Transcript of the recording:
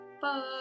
Bye